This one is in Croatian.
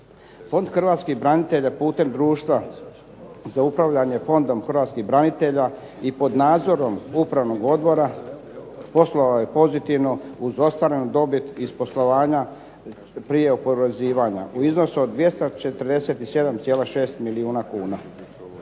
Fond hrvatskih branitelja putem Društva za upravljanje Fondom hrvatskih branitelja i pod nadzorom upravnog odbora poslovao je pozitivno, uz ostvarenu dobit iz poslovanja prije oporezivanja u iznosu od 247,6 milijuna kuna.